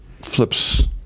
flips